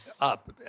up